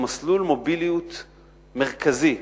זה מסלול מוביליות מרכזי,